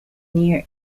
near